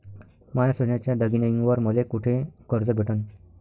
माया सोन्याच्या दागिन्यांइवर मले कुठे कर्ज भेटन?